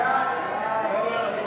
ההצעה להעביר את